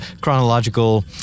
chronological